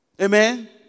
Amen